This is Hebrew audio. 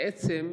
בעצם,